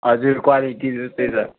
हजुर क्वालिटी उस्तै छ